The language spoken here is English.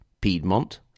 Piedmont